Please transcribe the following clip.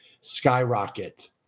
skyrocket